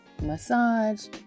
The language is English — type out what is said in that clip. massage